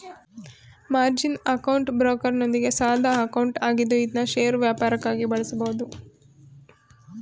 margin account ಬ್ರೋಕರ್ನೊಂದಿಗೆ ಸಾಲದ account ಆಗಿದ್ದು ಇದ್ನಾ ಷೇರು ವ್ಯಾಪಾರಕ್ಕಾಗಿ ಬಳಸಬಹುದು